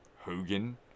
Hogan